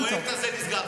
הפרויקט הזה נסגר.